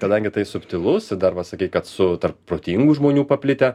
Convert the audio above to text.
kadangi tai subtilus dar va sakei kad su tarp protingų žmonių paplitę